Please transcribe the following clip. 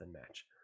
match